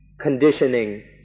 conditioning